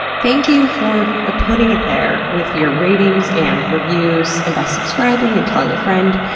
thank you for ah putting it there with your ratings, and reviews, and by subscribing, and telling a friend.